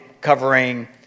covering